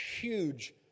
huge